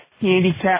Handicap